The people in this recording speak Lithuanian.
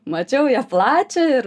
mačiau ją plačią ir